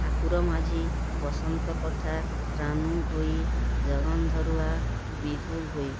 Thakur Majhi Basant Kathar Ranu Bhoi Jagan Dharua Bidhu Bhoi